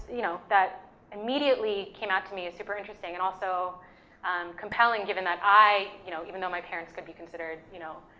you know, that immediately came out to me as super interesting and also compelling, given that i, you know, even though my parents could be considered, you know,